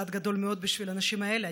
צעד גדול מאוד בשביל הנשים האלה.